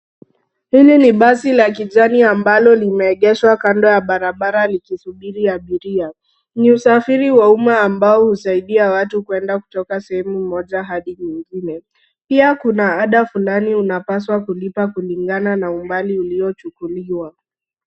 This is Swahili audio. Hili ni basi la kijani ambalo limeegeshwa kando ya barabara likisubiri abiria. Ni usafiri wa umma ambao husaidia watu kwenda kutoka sehemu moja hadi nyingine. Pia kuna ada fulani unapaswa kulipa kulingana na umbali uliochukuliwa.